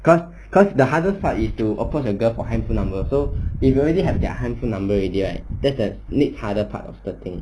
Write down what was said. cause cause the hardest part is to approach the girl for handphone number so if you already have their handphone number already right that's the next hardest part of the thing